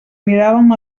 miràvem